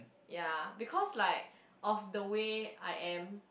ya because like of the way I am